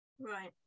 right